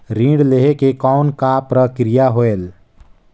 ऋण लहे के कौन का प्रक्रिया होयल?